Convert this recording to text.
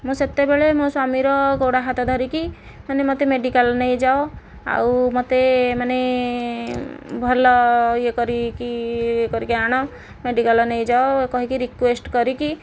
ମୁଁ ସେତେବେଳେ ମୋ ସ୍ୱାମୀର ଗୋଡ଼ ହାତ ଧରିକି ମାନେ ମୋତେ ମେଡ଼ିକାଲ ନେଇଯାଅ ଆଉ ମୋତେ ମାନେ ଭଲ ଇଏ କରିକି ଇଏ କରିକି ଆଣ ମେଡ଼ିକାଲ ନେଇଯାଅ କହିକି ରିକୁଏଷ୍ଟ କରିକି